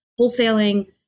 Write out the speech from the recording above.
wholesaling